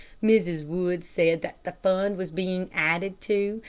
mrs. wood said that the fund was being added to,